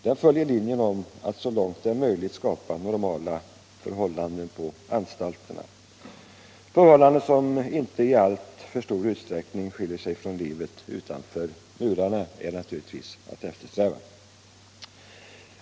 Det följer linjen att så långt det är möjligt skapa normala förhållanden på anstalterna. Förhållanden som inte i alltför stor utsträckning skiljer sig från livet utanför murarna är naturligtvis att eftersträva.